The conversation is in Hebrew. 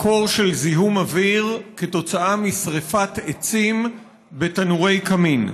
מקור של זיהום אוויר כתוצאה משרפת עצים בתנורי קמין.